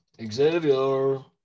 Xavier